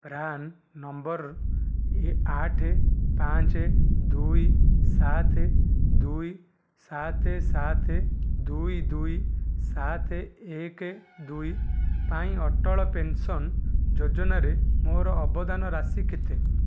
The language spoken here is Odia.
ପ୍ରାନ୍ ନମ୍ବର ଆଠ ପାଞ୍ଚ ଦୁଇ ସାତ ଦୁଇ ସାତ ସାତ ଦୁଇ ଦୁଇ ସାତ ଏକ ଦୁଇ ପାଇଁ ଅଟଳ ପେନ୍ସନ୍ ଯୋଜନାରେ ମୋର ଅବଦାନ ରାଶି କେତେ